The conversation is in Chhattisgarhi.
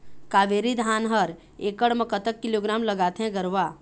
कावेरी धान हर एकड़ म कतक किलोग्राम लगाथें गरवा?